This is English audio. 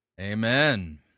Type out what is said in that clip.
Amen